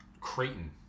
Creighton